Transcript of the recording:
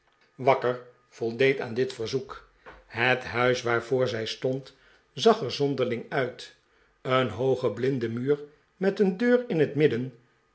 ker voldeed aan dit verzoek het huis waarvoor zij stond zag er zonderling uit een hooge blinde muur met een deur in het midden